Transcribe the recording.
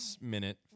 minute